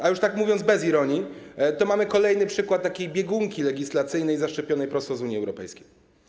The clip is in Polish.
A już tak mówiąc bez ironii, to mamy kolejny przykład takiej biegunki legislacyjnej zaszczepionej prosto z Unii Europejskiej.